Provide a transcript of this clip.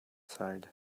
side